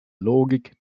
logik